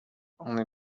only